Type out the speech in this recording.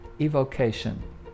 evocation